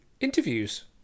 interviews